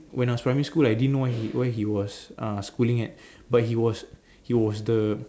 when I was in primary school I didn't know what he where he was schooling at but he was he was the